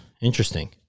Interesting